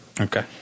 Okay